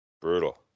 Brutal